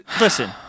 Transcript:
listen